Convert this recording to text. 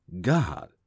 God